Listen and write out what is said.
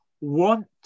want